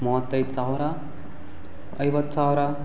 ಮೂವತ್ತೈದು ಸಾವಿರ ಐವತ್ತು ಸಾವಿರ